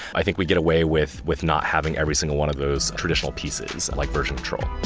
i think we get away with with not having every single one of those traditional pieces and like version control